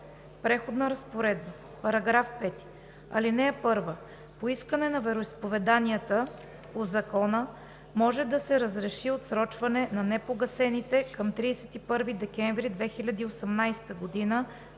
„Преходна разпоредба § 5. (1) По искане на вероизповеданията по закона може да се разреши отсрочване на непогасените към 31 декември 2018 г.